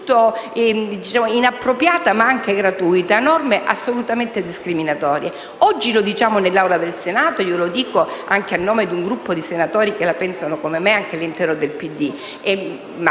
tutto inappropriata, ma anche gratuita, norme assolutamente discriminatorie. Oggi lo diciamo nell'Assemblea del Senato e lo dico anche a nome di un gruppo di senatori che la pensano come me all'interno del PD